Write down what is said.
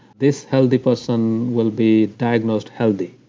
this healthy person will be diagnosed healthy.